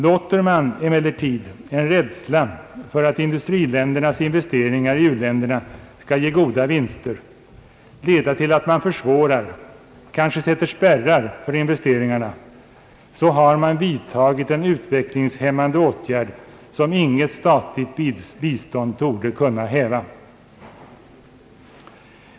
Låter man emellertid en rädsla för att industriländernas investeringar i u-länderna skall ge goda vinster leda till att man försvårar, kanske sätter spärrar för investeringarna, har man vidtagit en utvecklingshämmande åtgärd som inget statligt bistånd torde kunna häva.